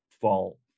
fall